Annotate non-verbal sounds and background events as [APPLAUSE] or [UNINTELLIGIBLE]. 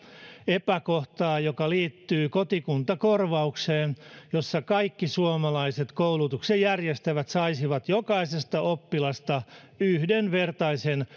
epäkohtaa joka liittyy kotikuntakorvaukseen niin että kaikki suomalaiset koulutuksen järjestäjät saisivat jokaisesta oppilaasta yhdenvertaisen [UNINTELLIGIBLE]